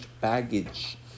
baggage